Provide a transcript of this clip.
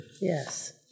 Yes